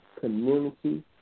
community